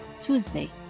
Tuesday